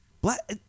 Black